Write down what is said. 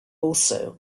also